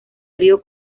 río